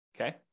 Okay